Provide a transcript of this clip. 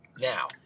now